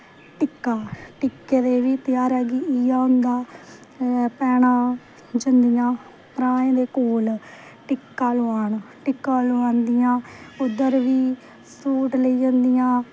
टिक्का टिक्के दे बी ध्यारा गी इयै होंदा ऐ भैंना जंदियां भ्राएं दे कोल टिक्का लोआन टिक्का लोआंदियां ओह्द र फ्ही सूट लेई लई औंदियां